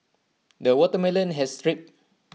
the watermelon has